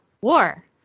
War